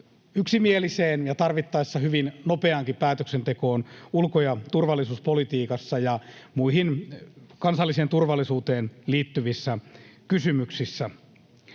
yksimieliseen ja tarvittaessa hyvin nopeaankin päätöksentekoon ulko- ja turvallisuuspolitiikassa ja muihin kansalliseen turvallisuuteen liittyvissä kysymyksissä.